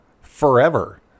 forever